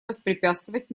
воспрепятствовать